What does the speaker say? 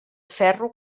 ferro